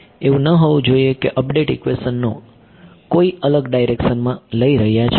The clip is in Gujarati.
એવું ન હોવું જોઈએ કે અપડેટ ઇક્વેશન કોઈ અલગ ડાઈરેકશન માં લઈ રહ્યા છે